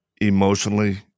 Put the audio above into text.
emotionally